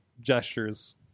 gestures